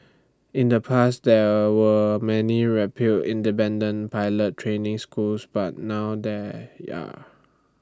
in the past there were many repute independent pilot training schools but now there yah